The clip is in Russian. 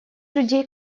людей